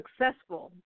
successful